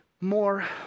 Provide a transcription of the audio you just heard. more